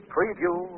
Preview